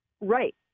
Right